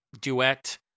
duet